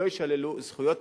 ולא יישללו זכויות.